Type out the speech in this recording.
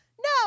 no